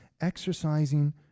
exercising